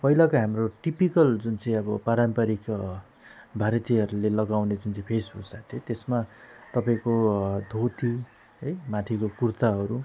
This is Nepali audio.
पहिलाको हाम्रो टिपिकल जुन चाहिँ अब पारम्परिक भारतीयहरूले लगाउने जुन चाहिँ भेषभूषा थियो त्यसमा तपाईँको धोती है माथिको कुर्ताहरू